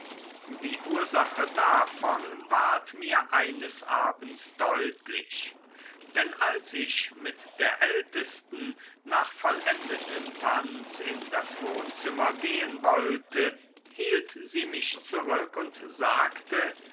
die ursache davon ward mir eines abends deutlich denn als ich mit der ältesten nach vollendetem tanz in das wohnzimmer gehen wollte hielt sie mich zurück und sagte